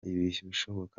ibishoboka